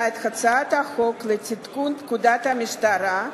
את הצעת החוק לתיקון פקודת המשטרה,